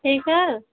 ठीक है